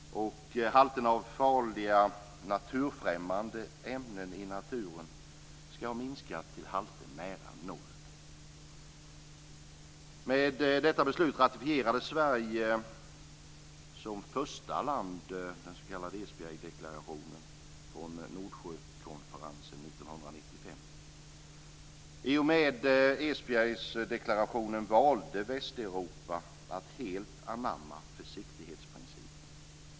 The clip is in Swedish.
Och halterna av farliga naturfrämmande ämnen i naturen ska ha minskat till halter nära noll. Med detta beslut ratificerade Sverige som första land den s.k. Esbjergdeklarationen från Nordsjökonferensen 1995. I och med Esbjergdeklarationen valde Västeuropa att helt anamma försiktighetesprincipen.